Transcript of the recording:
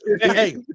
Hey